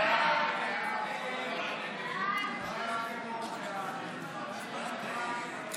להביע אי-אמון בממשלה לא